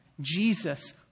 Jesus